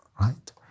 Right